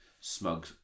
smug